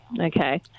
okay